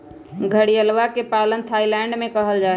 घड़ियलवा के पालन थाईलैंड में कइल जाहई